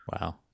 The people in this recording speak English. Wow